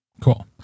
cool